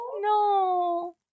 No